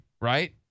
right